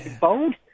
bold